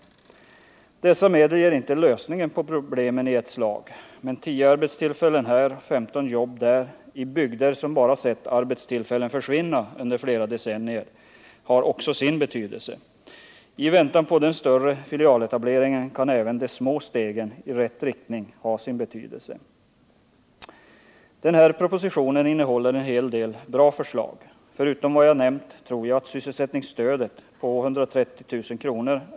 Dessa medel ger inte lösningen på problemen i ett slag, men 10 arbetstillfällen här och 15 jobb där i bygder som bara sett arbetstillfällen försvinna under flera decennier har också sin betydelse. I väntan på den större filialetableringen kan även de små stegen i rätt riktning ha sin betydelse. Den här propositionen innehåller en hel del bra förslag. Förutom vad jag nämnt tror jag att sysselsättningsstödet på 130 000 kr.